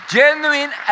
genuine